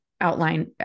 Outline